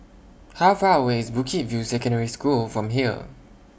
How Far away IS Bukit View Secondary School from here